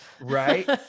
right